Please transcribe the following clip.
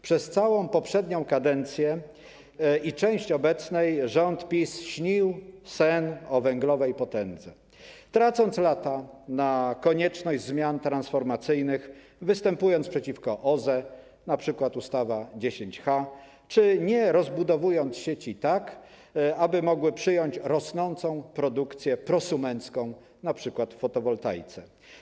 Przez całą poprzednią kadencję i część obecnej rząd PiS śnił sen o węglowej potędze, tracąc lata na konieczność zmian transformacyjnych, występując przeciwko OZE, np. ustawa 10H, czy nie rozbudowując sieci tak, aby mogły przyjąć rosnącą produkcję prosumencką np. w fotowoltaice.